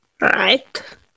Right